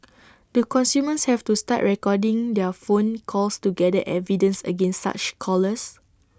do consumers have to start recording their phone calls to gather evidence against such callers